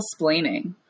splaining